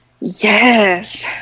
yes